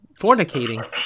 fornicating